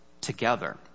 together